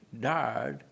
died